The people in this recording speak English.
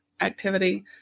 activity